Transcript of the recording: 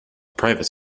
private